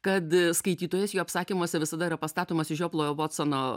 kad skaitytojas jo apsakymuose visada yra pastatomas į žioplojo votsono